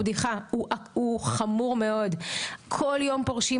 בתוך עשר שנים אם רק 80% מהאקדמאים ייקלטו במקצוע שלהם